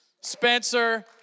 Spencer